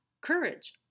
Courage